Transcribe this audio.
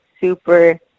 super